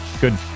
good